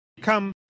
Come